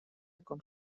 com